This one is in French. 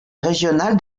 régional